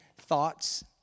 thoughts